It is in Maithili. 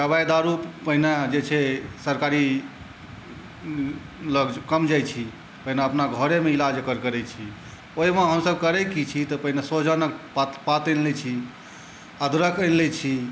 दबाइ दारू पहिने जे छै सरकारी उँ लब्ज कम जाइ छी पहिने अपना घरेमे एकर इलाज एकर करै छी ओहिमे हमसब करै की छी तँ पहिने सोहिजनक पात आनि लै छी अदरक आनि लै छी